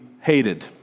hated